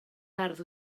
ardd